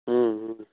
हूँ हूँ